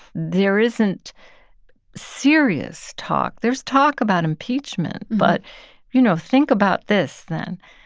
there isn't serious talk. there's talk about impeachment. but you know, think about this then.